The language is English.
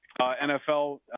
NFL